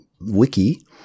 wiki